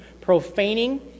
profaning